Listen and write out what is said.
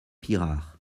pirard